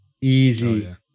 Easy